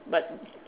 but